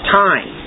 time